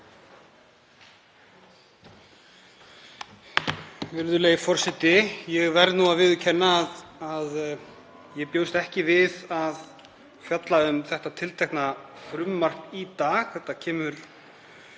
Virðulegi forseti. Ég verð að viðurkenna að ég bjóst ekki við að fjalla um þetta tiltekna frumvarp í dag. Það kemur